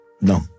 no